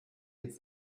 jetzt